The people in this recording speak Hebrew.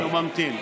הוא ממתין, ממתין.